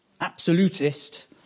Absolutist